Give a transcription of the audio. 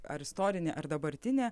ar istorinė ar dabartinė